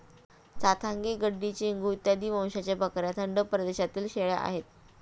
चांथागी, गड्डी, चेंगू इत्यादी वंशाच्या बकऱ्या थंड प्रदेशातील शेळ्या आहेत